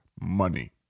money